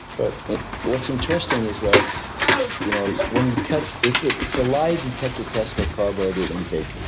but and what's interesting is that you know when you cut it's ah it's a lie detector test for carbohydrate intake.